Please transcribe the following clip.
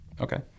Okay